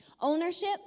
Ownership